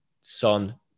Son